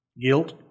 guilt